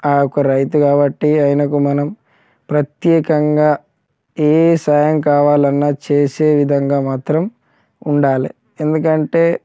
ఆ యొక్క రైతు కాబట్టి ఆయనకు మనం ప్రత్యేకంగా ఏ సహాయం కావాలన్నా చేసే విధంగా మాత్రం ఉండాలి ఎందుకంటే